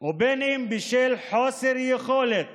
ואם בשל חוסר יכולת